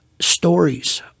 Stories